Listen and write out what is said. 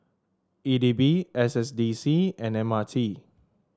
E D B S S D C and M R T